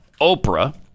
Oprah